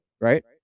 right